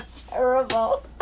terrible